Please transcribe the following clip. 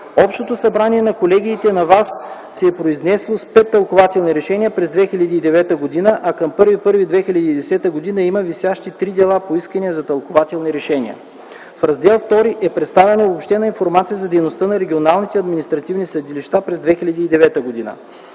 Общото събрание на колегиите на ВАС се е произнесло с пет тълкувателни решения през 2009 година, а към 01.01.2010 г. има висящи три дела по искания за тълкувателни решения. В раздел ІІ е представена обобщена информация за дейността на регионалните административни съдилища през 2009 г.